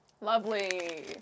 Lovely